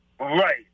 Right